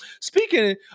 speaking